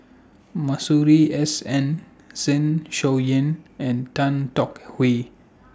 Masuri S N Zeng Shouyin and Tan Tong Hye